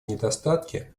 недостатки